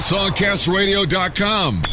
SongCastRadio.com